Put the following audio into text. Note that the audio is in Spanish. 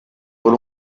por